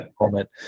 moment